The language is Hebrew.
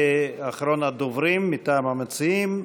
אחרון הדוברים מטעם המציעים.